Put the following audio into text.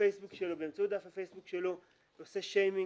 ובאמצעות דף הפייסבוק שלו הוא עושה שיימינג